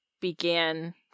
began